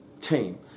team